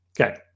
Okay